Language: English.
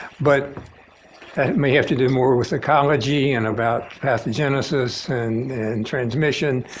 but it may have to do more with ecology and about pathogenesis and and transmission.